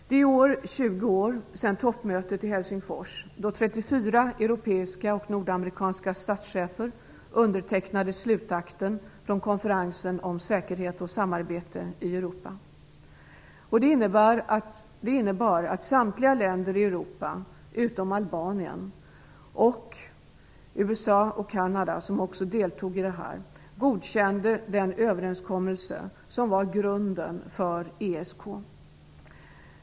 Det är i år 20 år sedan toppmötet i Helsingfors, då 34 europeiska och nordamerikanska statschefer undertecknade slutakten från Konferensen om säkerhet och samarbete i Europa. Det innebar att samtliga länder i Europa - utom Albanien - samt USA och Kanada, som också deltog, godkände den överenskommelse som var grunden för ESK.